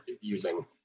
using